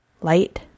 Light